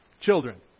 children